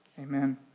Amen